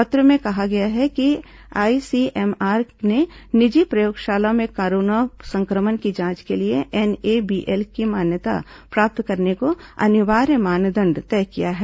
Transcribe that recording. पत्र में कहा गया है कि आईसीएमआर ने निजी प्रयोशालाओं में कोरोना संक्रमण की जांच के लिए एनएबीएल की मान्यता प्राप्त करने का अनिवार्य मानदंड तय किया है